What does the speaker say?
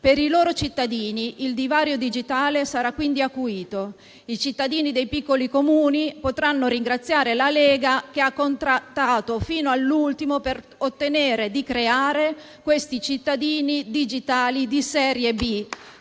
Per i loro cittadini il divario digitale sarà quindi acuito. I cittadini dei piccoli Comuni potranno ringraziare la Lega che ha contrattato fino all'ultimo per ottenere di creare questi cittadini digitali di serie B